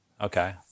Okay